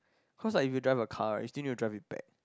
cause I will drive a car instead of drive with pad